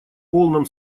полном